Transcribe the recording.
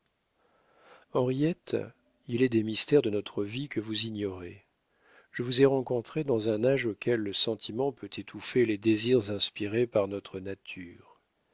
henriette il est des mystères de notre vie que vous ignorez je vous ai rencontrée dans un âge auquel le sentiment peut étouffer les désirs inspirés par notre nature